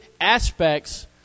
aspects